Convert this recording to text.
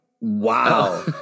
Wow